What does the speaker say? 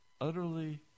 utterly